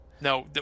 No